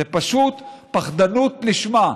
זה פשוט פחדנות לשמה,